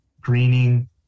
greening